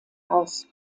aus